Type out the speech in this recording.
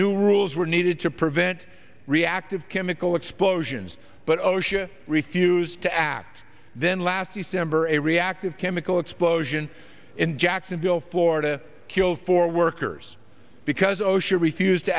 new rules were needed to prevent reactive chemical explosions but osha refused to act then last december a reactive chemical explosion in jacksonville florida killed four workers because osha refused to